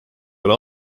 ole